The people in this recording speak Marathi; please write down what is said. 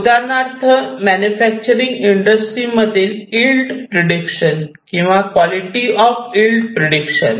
उदाहरणार्थ मॅन्युफॅक्चरिंग इंडस्ट्रीमधील ईल्ड प्रिडक्शन किंवा कॉलिटी ऑफ ईल्ड प्रिडक्शन